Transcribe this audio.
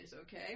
okay